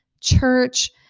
church